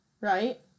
Right